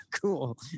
Cool